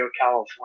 California